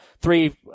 three –